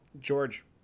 George